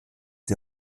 die